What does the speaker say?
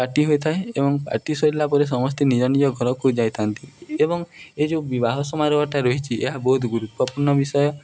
party ହୋଇଥାଏ ଏବଂ party ସରିଲା ପରେ ସମସ୍ତେ ନିଜ ନିଜ ଘରକୁ ଯାଇଥାନ୍ତି ଏବଂ ଏ ଯୋଉ ବିବାହ ସମାରୋହଟା ରହିଛି ଏହା ବହୁତ ଗୁରୁତ୍ୱପୂର୍ଣ୍ଣ ବିଷୟ